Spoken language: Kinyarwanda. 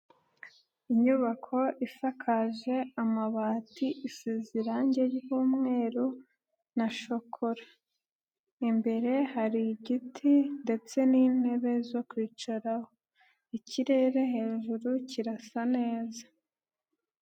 Inyubako isakaje amabati isize irangi ry'umweru na shokora, imbere hari igiti ndetse n'intebe zo kwicaraho, ikirere hejuru kirasa neza.